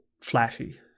flashy